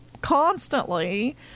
constantly